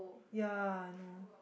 ya I know